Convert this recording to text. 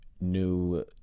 new